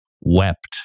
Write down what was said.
wept